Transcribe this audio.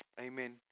Amen